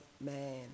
man